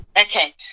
Okay